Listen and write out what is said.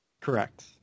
Correct